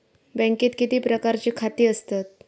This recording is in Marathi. बँकेत किती प्रकारची खाती असतत?